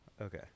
Okay